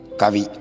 kavi